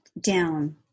down